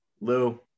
Lou